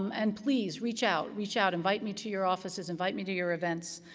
um and please, reach out. reach out. invite me to your offices. invite me to your events,